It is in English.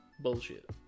bullshit